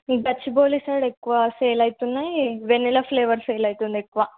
Gachibowli side ఎక్కువ sale అవుతున్నాయి vanilla flavour sale అవుతుంది ఎక్కువ